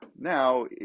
now